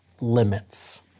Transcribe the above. limits